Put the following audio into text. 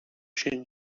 się